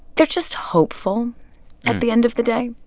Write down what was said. they're just hopeful at the end of the day.